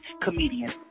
comedian